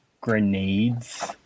grenades